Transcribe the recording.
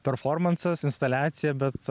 performansas instaliacija bet